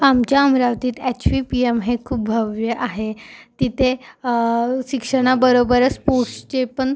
आमच्या अमरावतीत H V P M हे खूप भव्य आहे तिथे शिक्षणाबरोबरच स्पोर्टसचे पण